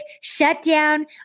shutdown